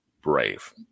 Brave